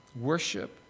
worship